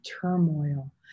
turmoil